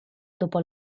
dopo